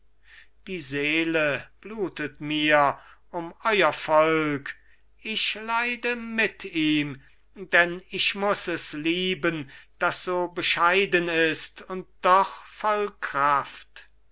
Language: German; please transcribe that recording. die seele blutet mir um euer volk ich leide mit ihm denn ich muss es lieben das so bescheiden ist und doch voll kraft